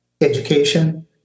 education